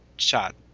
shot